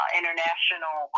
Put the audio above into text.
international